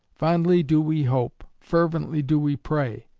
fondly do we hope, fervently do we pray,